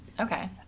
Okay